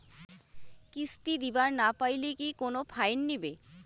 কিস্তি দিবার না পাইলে কি কোনো ফাইন নিবে?